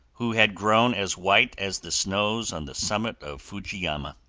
who had grown as white as the snows on the summit of fujiama.